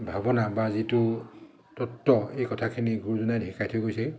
ভাৱনা বা যিটো তত্ব এই কথাখিনি গুৰুজনাই শিকাই থৈ গৈছে